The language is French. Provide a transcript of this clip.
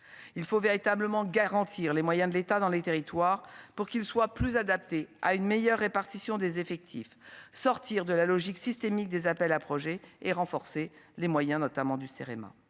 il faut véritablement garantir les moyens de l'État dans les territoires pour qu'il soit plus adapté à une meilleure répartition des effectifs, sortir de la logique systémique des appels à projets et renforcer les moyens, notamment du CM1,